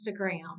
Instagram